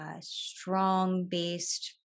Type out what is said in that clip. strong-based